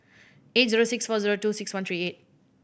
eight zero six four zero two six one three eight